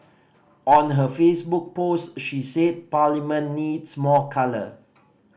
on her Facebook post she said Parliament needs more colour